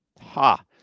Ha